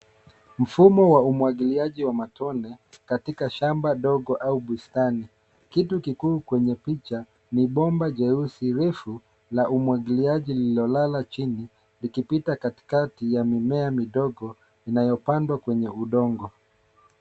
Mfumo wa umwagiliaji wa matone katika shamba dogo au bustani. Kitu kikuu kwenye picha ni bomba jeusi refu la umwagiliaji, lililolala chini likipita katikati ya mimea midogo inayopandwa kwenye udongo.